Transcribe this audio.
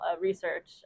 research